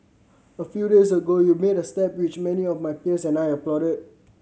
a few days ago you made a step which many of my peers and I applauded